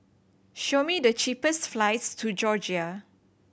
show me the cheapest flights to Georgia